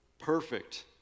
perfect